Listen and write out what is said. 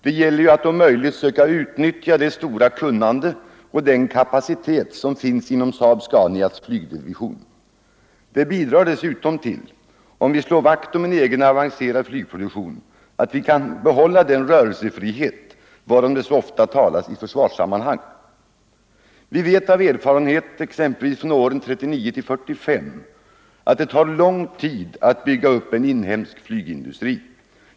Det gäller ju att om möjligt söka utnyttja det stora kunnande och den kapacitet som finns inom SAAB-Scanias flygdivision. Det bidrar dessutom till —- om vi slår vakt om en egen avancerad flygproduktion — den rörelsefrihet varom det så ofta talas i försvarssammanhang. Vi vet av erfarenhet exempelvis från åren 1939-1945 att det tar lång tid att bygga upp en inhemsk flygindustri.